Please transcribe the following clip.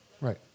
Right